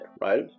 right